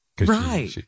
right